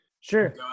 Sure